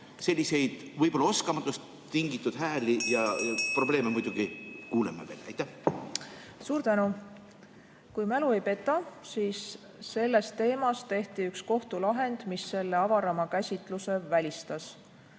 Selliseid võib-olla oskamatusest tingitud hääli ja probleeme me muidugi kuuleme veel. Suur tänu! Kui mälu ei peta, siis sellest teemast tehti üks kohtulahend, mis avarama käsitluse välistas.